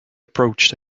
approached